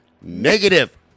Negative